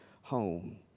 home